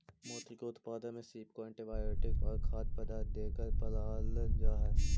मोती के उत्पादन में सीप को एंटीबायोटिक और खाद्य पदार्थ देकर पालल जा हई